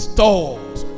Stalls